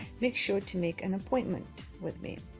make sure to make an appointment with me.